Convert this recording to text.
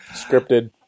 Scripted